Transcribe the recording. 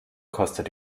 kostet